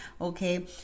okay